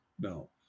no